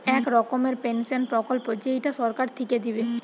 এক রকমের পেনসন প্রকল্প যেইটা সরকার থিকে দিবে